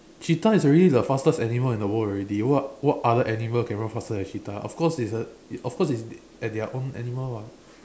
cheetah is already the fastest animal in the world already what what other animal can run faster than a cheetah of course it's a of course it is at their own animal what